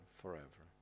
forever